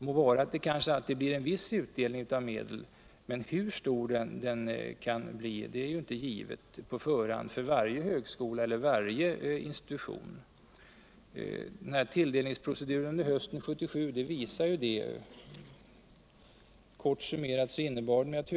Må vara att det kanske alltid blir en viss tilldelning av medel, men hur stor den blir kan vil ändå inte vara givet på förhand för varje högskola och varje Insutution. Tilldelningsproceduren hösten 1977 visar deta.